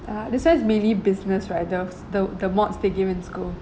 uh that's why is mainly business right the the the mods they give in school